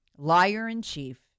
Liar-in-chief